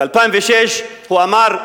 ב-2006 הוא אמר: